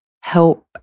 help